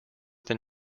than